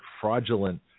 fraudulent